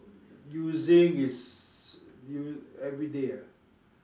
using is us~ everyday ah